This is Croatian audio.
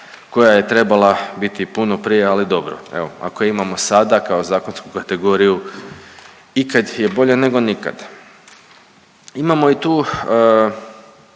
koja je trebala biti puno prije, ali dobro. Evo ako imamo sada kao zakonsku kategoriju, ikad je bolje nego nikad. Imamo i tu